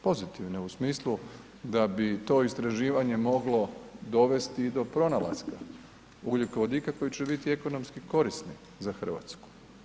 Pozitivne u smislu da bi to istraživanje moglo dovesti i do pronalaska ugljikovodika koji će biti ekonomski korisni za Hrvatsku.